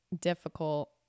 difficult